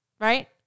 Right